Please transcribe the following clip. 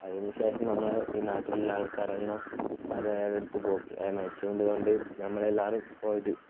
അതിന് ശേഷം നമ്മൾ ഈ നാട്ടിലുള്ള ആൾക്കാരെല്ലാം ആരും ആയാളെടുത്ത് പോ മരിച്ചത് കൊണ്ട് നമ്മളെല്ലാവരും പോയത്